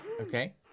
Okay